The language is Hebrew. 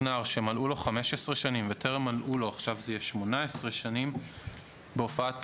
נער שמלאו לו 15 שנים וטרם מלאו לו 18 שנים בהופעת פרסום,